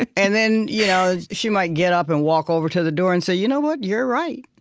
and then yeah she might get up and walk over to the door and say, you know what? you're right.